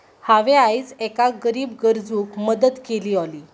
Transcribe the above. हांवें आयज एका गरीब गरजूक मदत केली ऑली